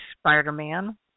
Spider-Man